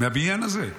מהבניין הזה.